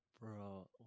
bro